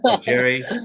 Jerry